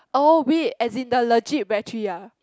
oh wait as in the legit battery ah